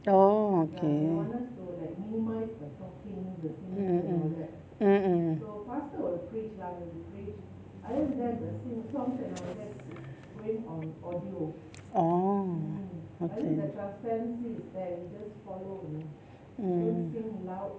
orh okay mm mm mm mm orh okay mm